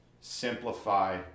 Simplify